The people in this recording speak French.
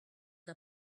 n’a